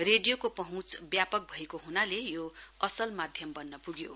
रेडियोको पहूँच व्यापक भएको ह्नाले यो मसल माध्यम बन्न पुग्यो